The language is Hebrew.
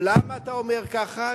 למה אתה אומר ככה?